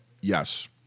yes